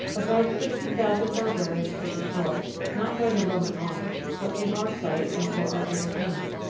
above sixty thousand barbarians were destroyed not by the roman arms, but in our sight, and for our entertainment.